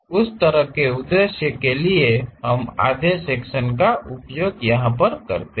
उस तरह के उद्देश्य के लिए हम आधे सेक्शन का उपयोग करते हैं